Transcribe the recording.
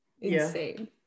insane